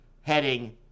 heading